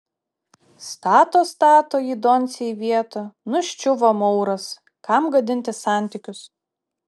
stato stato jį doncė į vietą nuščiuvo mauras kam gadinti santykius